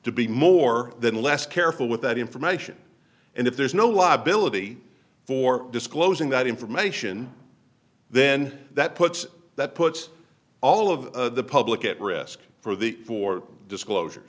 to be more than less careful with that information and if there's no liability for disclosing that information then that puts that puts all of the public at risk for the for disclosure